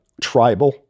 tribal